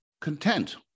content